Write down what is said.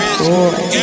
boy